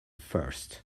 first